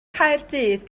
caerdydd